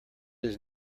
his